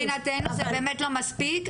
אז מבחינתנו זה באמת לא מספיק.